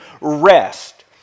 rest